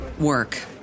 work